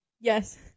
Yes